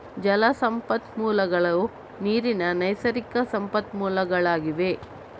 ಜಲ ಸಂಪನ್ಮೂಲಗಳು ನೀರಿನ ನೈಸರ್ಗಿಕ ಸಂಪನ್ಮೂಲಗಳಾಗಿವೆ